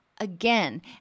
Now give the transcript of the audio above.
again